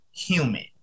human